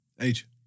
Age